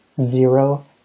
zero